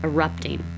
Erupting